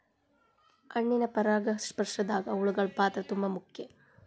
ಹಣ್ಣಿನ ಪರಾಗಸ್ಪರ್ಶದಾಗ ಹುಳಗಳ ಪಾತ್ರ ತುಂಬಾ ಮುಖ್ಯ